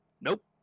Nope